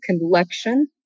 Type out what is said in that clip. collection